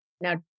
now